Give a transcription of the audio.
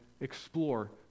explore